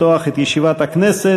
תודה.